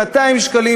200 שקלים,